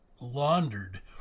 laundered